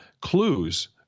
clues